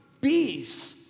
bee's